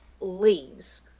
leaves